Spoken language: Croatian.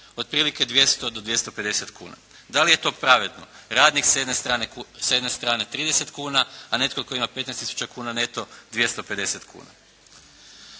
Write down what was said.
Otprilike 200 do 250 kuna. Da li je to pravedno? Radnik s jedne strane 30 kuna, a netko tko ima 15 tisuća kuna neto 250 kuna.